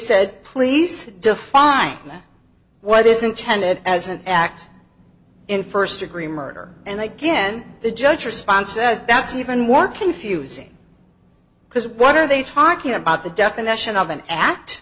said please define what is intended as an act in first degree murder and again the judge response said that's even more confusing because what are they talking about the definition of an act